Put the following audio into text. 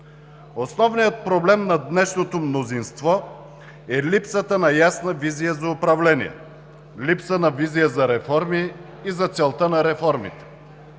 Основният проблем на днешното мнозинство е липсата на ясна визия за управление, липса на визия за реформи и за целта на реформите.